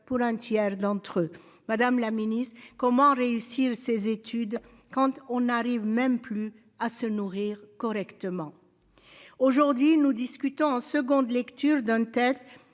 pour un tiers d'entre eux Madame la Ministre comment réussir ses études quand on arrive même plus à se nourrir correctement. Aujourd'hui, nous discutons en seconde lecture d'un texte